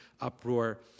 uproar